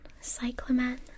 Cyclamen